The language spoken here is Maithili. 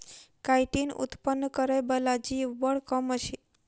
काइटीन उत्पन्न करय बला जीव बड़ कम अछि